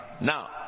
Now